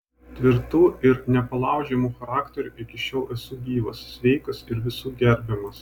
tvirtu ir nepalaužiamu charakteriu iki šiol esu gyvas sveikas ir visų gerbiamas